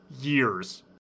years